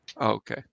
okay